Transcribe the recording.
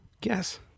guess